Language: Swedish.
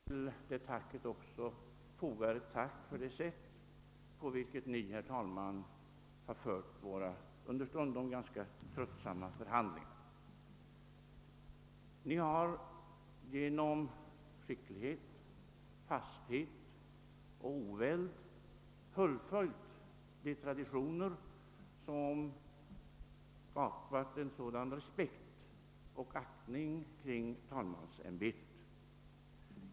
Herr talman! För de ord som herr talmannen nyss riktat till oss framför jag å kammarkamraternas vägnar ett uppriktigt tack. Jag är övertygad om att jag talar å allas våra vägnar när jag till det tacket också fogar ett tack för det sätt på vilket Ni, herr talman, har fört våra understundom ganska tröttsamma förhandlingar. Ni har genom skicklighet, fasthet och oväld fullföljt de traditioner som skapat en sådan respekt och aktning för talmansämbetet.